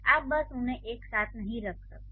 आप बस उन्हें एक साथ नहीं रख सकते